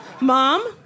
Mom